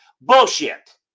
Bullshit